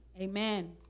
Amen